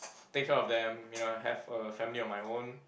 take care of them you know have a family of my own